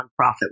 nonprofit